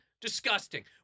Disgusting